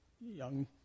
young